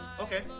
okay